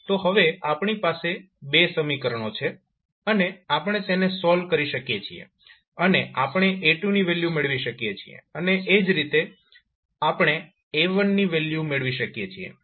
તો હવે આપણી પાસે બે સમીકરણો છે અને આપણે તેને સોલ્વ કરી શકીએ છીએ અને આપણે A2 ની વેલ્યુ મેળવી શકીએ છીએ અને એ જ રીતે આપણે A1 ની વેલ્યુ મેળવી શકીએ છીએ